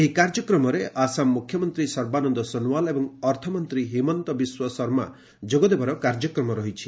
ଏହି କାର୍ଯ୍ୟକ୍ରମରେ ଆସାମ ମୁଖ୍ୟମନ୍ତ୍ରୀ ସର୍ବାନନ୍ଦ ସୋନୱାଲ ଏବଂ ଅର୍ଥମନ୍ତ୍ରୀ ହିମନ୍ତ ବିଶ୍ୱ ଶର୍ମା ଯୋଗଦେବାର କାର୍ଯ୍ୟକ୍ରମ ରହିଛି